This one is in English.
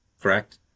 correct